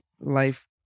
life